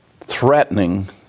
threatening